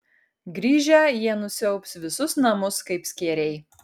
grįžę jie nusiaubs visus namus kaip skėriai